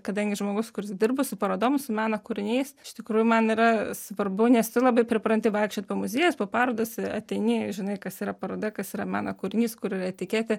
kadangi žmogus kuris dirbu su parodom su meno kūriniais iš tikrųjų man yra svarbu nes labai pripranti vaikščiot po muziejus po parodas ateini žinai kas yra paroda kas yra mano kūrinys kur yra etiketė